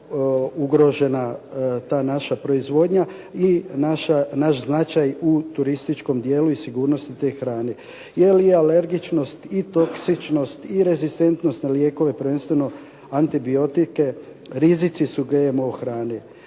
ugrožena ta naša proizvodnja i naš značaj u turističkom dijelu i sigurnosti te hrane. Je li alergičnost i toksičnost i rezistentnost na lijekove prvenstveno antibiotike rizici su GMO hrane.